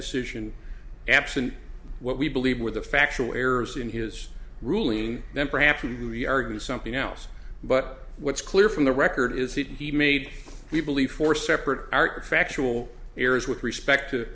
decision absent what we believe were the factual errors in his ruling then perhaps to the argue something else but what's clear from the record is that he made we believe four separate art factual errors with respect to